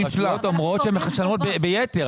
הרשויות אומרות שהן משלמות ביתר.